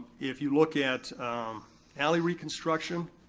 if you look at alley reconstruction,